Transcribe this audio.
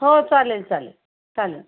हो चालेल चालेल चालेल